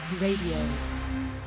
Radio